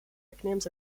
nicknames